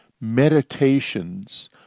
meditations